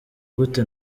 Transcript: gute